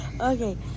okay